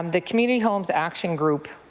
um the community homes action group